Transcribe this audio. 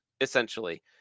essentially